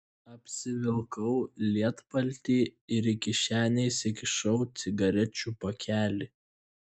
apsivilkau lietpaltį ir į kišenę įsikišau cigarečių pakelį